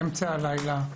אמצע הלילה.